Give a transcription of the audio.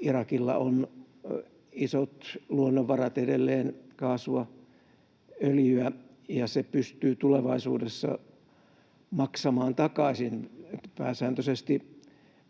Irakilla on isot luonnonvarat kaasua ja öljyä, ja se pystyy tulevaisuudessa maksamaan takaisin. Pääsääntöisesti